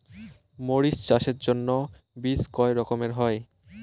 মরিচ চাষের জন্য বীজ কয় রকমের হয়?